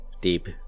deep